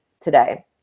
today